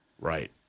Right